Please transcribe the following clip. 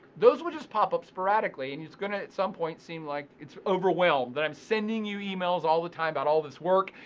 those will just pop up sporadically and it's gonna at some point seem like it's overwhelmed, that i'm sending you emails all the time about all this work.